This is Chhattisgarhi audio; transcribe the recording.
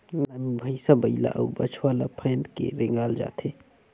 गाड़ा मे भइसा बइला अउ बछवा ल फाएद के रेगाल जाथे